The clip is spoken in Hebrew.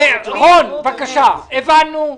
רון, הבנו.